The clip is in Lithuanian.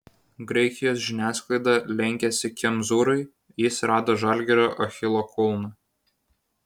graikijos žiniasklaida lenkiasi kemzūrai jis rado žalgirio achilo kulną